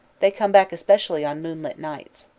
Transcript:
they come back especially on moonlit nights.